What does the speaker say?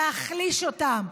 להחליש אותם,